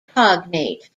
cognate